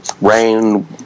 rain